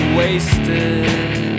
wasted